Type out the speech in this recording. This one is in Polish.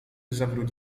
zawrót